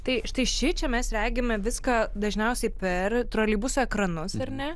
tai štai šičia mes regime viską dažniausiai per troleibuso ekranus ar ne